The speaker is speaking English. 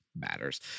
matters